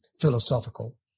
philosophical